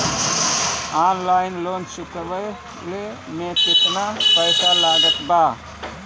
Online loan चुकवले मे केतना पईसा लागत बा?